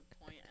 point